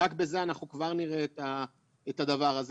רק בזה אנחנו כבר נראה את הדבר הזה.